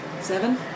Seven